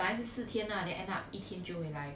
本来是四天啦 then end up 一天就回来